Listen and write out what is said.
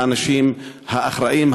האנשים האחראים,